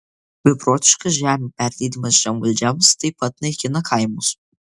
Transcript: beprotiškas žemių perleidimas žemvaldžiams taip pat naikina kaimus